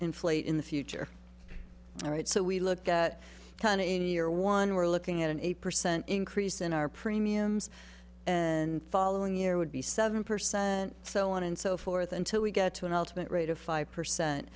inflate in the future all right so we look at kind of any are one we're looking at an eight percent increase in our premiums and following year would be seven percent so on and so forth until we get to an ultimate rate of five percent